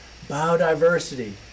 biodiversity